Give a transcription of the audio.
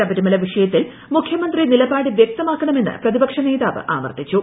ശബരിമല വിഷയത്തിൽ മുഖ്യമന്ത്രി നിലപാട് വൃക്തമാക്കണമെന്ന് പ്രതിപക്ഷ നേതാവ് ആവർത്തിച്ചു